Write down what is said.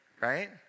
right